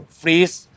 freeze